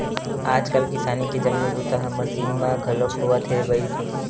आजकाल किसानी के जम्मो बूता ह मसीन म घलोक होवत हे बइर